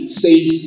says